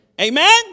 amen